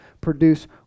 Produce